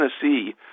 Tennessee